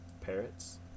parrots